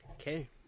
Okay